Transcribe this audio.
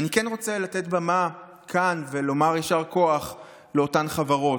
ואני כן רוצה לתת במה כאן ולומר יישר כוח לאותן חברות: